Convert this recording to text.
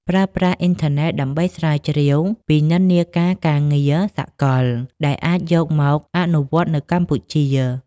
ប្រើប្រាស់អ៊ីនធឺណិតដើម្បីស្រាវជ្រាវពីនិន្នាការការងារសកល ដែលអាចយកមកអនុវត្តនៅកម្ពុជា។